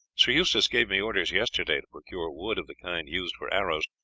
sir eustace gave me orders yesterday to procure wood of the kind used for arrows,